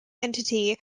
entity